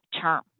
term